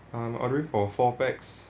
I'm ordering or four pax